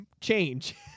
change